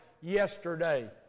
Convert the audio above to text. Yesterday